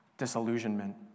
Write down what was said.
disillusionment